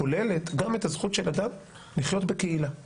כוללת גם את הזכות של אדם לחיות בקהילה.